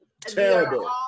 terrible